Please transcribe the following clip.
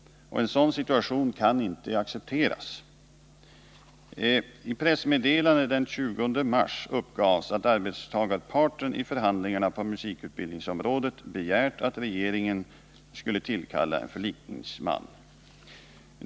En sådan situation kan inte accepteras. I pressmeddelande den 20 mars uppgavs att arbetstagarparten i förhandlingarna på musikutbildningsområdet begärt att regeringen skulle tillkalla en förlikningsman.